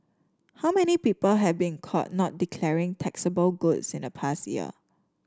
how many people have been caught not declaring taxable goods in the past year